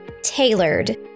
tailored